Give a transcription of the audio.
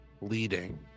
leading